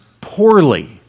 poorly